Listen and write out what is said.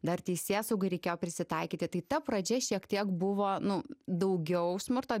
dar teisėsaugai reikėjo prisitaikyti tai ta pradžia šiek tiek buvo nu daugiau smurto